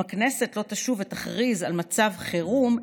אם הכנסת לא תשוב ותכריז על מצב חירום,